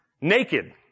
naked